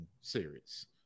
series